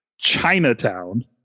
Chinatown